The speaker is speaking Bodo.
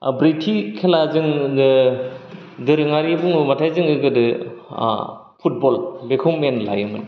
ओ ब्रैथि खेला जों ओ दोरोङारि बुङोबाथाय जोङो गोदो ओ फुटबल बेखौ मेन लायोमोन